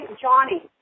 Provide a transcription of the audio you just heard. Johnny